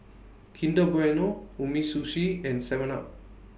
Kinder Bueno Umisushi and Seven up